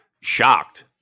shocked